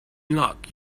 luck